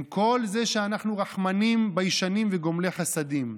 עם כל זה שאנחנו רחמנים, ביישנים וגומלי חסדים,